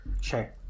Sure